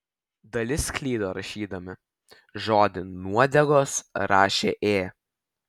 dalis klydo rašydami žodį nuodegos rašė ė